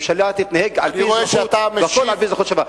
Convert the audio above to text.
ממשלה תתנהג על-פי, אני רואה שאתה המשיב הלאומי.